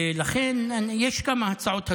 ולכן, יש כמה הצעות הזויות,